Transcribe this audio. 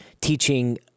teaching